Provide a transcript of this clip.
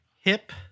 Hip